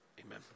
Amen